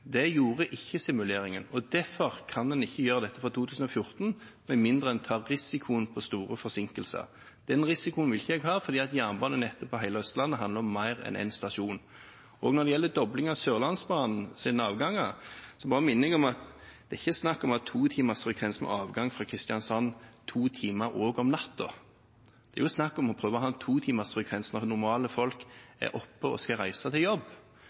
Det gjorde ikke simuleringen, og derfor kan en ikke gjøre dette fra 2014, med mindre en tar risikoen på store forsinkelser. Den risikoen vil ikke jeg ha, fordi jernbanenettet på hele Østlandet handler om mer enn én stasjon. Når det gjelder dobling av Sørlandsbanens avganger, minner jeg bare om at det er ikke snakk om at to timers frekvens med avgang fra Kristiansand er to timer også om natten. Det er jo snakk om å prøve å ha en to timers frekvens når folk normalt er oppe og skal reise til jobb.